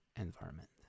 environment